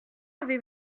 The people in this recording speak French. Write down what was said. avez